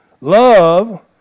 Love